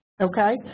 Okay